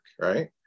right